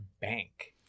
bank